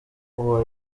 uwa